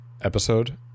episode